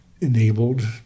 enabled